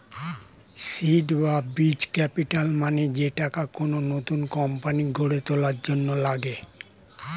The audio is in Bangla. সীড বা বীজ ক্যাপিটাল মানে যে টাকা কোন নতুন কোম্পানি গড়ে তোলার জন্য লাগে